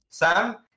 Sam